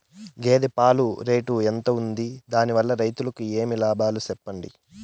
గేదె పాలు రేటు ఎంత వుంది? దాని వల్ల రైతుకు ఏమేం లాభాలు సెప్పండి?